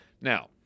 Now